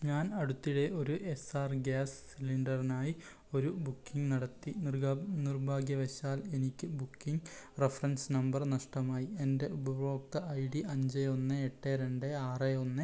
ഞാൻ അടുത്തിടെ ഒരു എസ്സാർ ഗ്യാസ് സിലിണ്ടർനായി ഒരു ബുക്കിങ് നടത്തി നിർഭാഗ്യവശാൽ എനിക്ക് ബുക്കിങ് റഫറൻസ് നമ്പർ നഷ്ടമായി എൻറ്റെ ഉപഭോക്ത ഐ ഡി അഞ്ച് ഒന്ന് എട്ട് രണ്ട് ആറ് ഒന്ന്